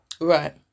Right